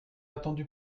attendu